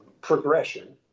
progression